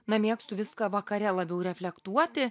na mėgstu viską vakare labiau reflektuoti